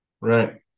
right